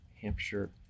Hampshire